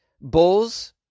bulls